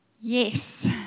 Yes